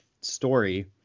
story